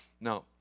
now